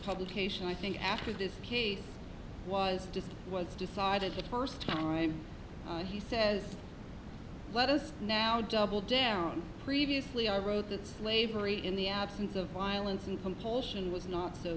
publication i think after this case was decided was decided the first time he says let us now double down previously i wrote that slavery in the absence of violence and compulsion was not so